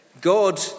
God